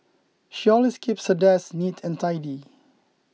she always keeps the desk neat and tidy